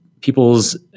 people's